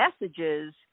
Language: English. messages